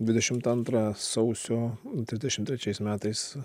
dvidešimt antrą sausio trisdešim trečiais metais